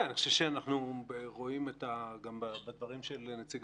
אני חושב שאנחנו רואים גם בדברים של נציג